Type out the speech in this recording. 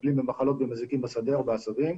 מטפלים במחלות ומזיקים בשדה או בעשבים.